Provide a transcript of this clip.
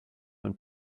when